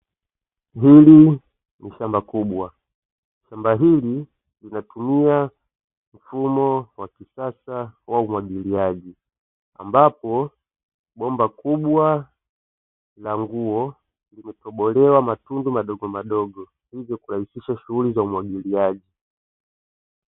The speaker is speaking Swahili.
Hili ni shamba kubwa. Shamba hili linatumia mfumo wa kisasa wa umwagiliaji, ambapo bomba kubwa la nguo limetobolewa matundu madogomadogo, hivyo kurahisisha shughuli za umwagiliaji.